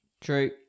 True